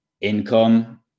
income